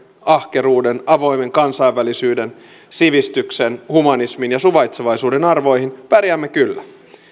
ahkeruuden avoimen kansainvälisyyden sivistyksen humanismin ja suvaitsevaisuuden arvoihin pärjäämme kyllä